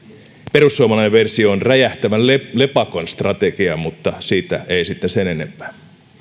perussuomalainen versio on räjähtävän lepakon strategia mutta siitä ei sitten sen enempää